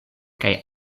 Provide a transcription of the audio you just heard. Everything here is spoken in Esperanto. kaj